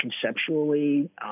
conceptually